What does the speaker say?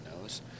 knows